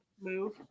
move